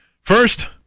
First